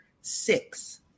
six